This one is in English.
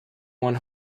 one